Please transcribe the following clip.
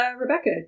Rebecca